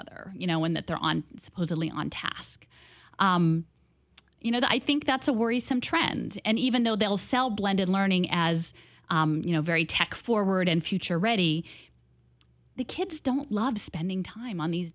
other you know when that they're on supposedly on task you know i think that's a worrisome trend and even though they'll sell blended learning as you know very tech forward and future ready the kids don't love spending time on these